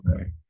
okay